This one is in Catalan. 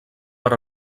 per